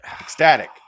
ecstatic